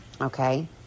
Okay